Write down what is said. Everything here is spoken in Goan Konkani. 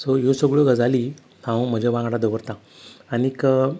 सो ह्यो सगळ्यो गजाली हांव म्हज्या वांगडा दवरतां आनीक